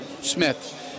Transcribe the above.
Smith